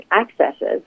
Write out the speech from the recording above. accesses